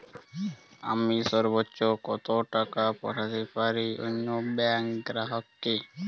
আমি সর্বোচ্চ কতো টাকা পাঠাতে পারি অন্য ব্যাংকের গ্রাহক কে?